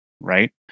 right